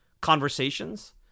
conversations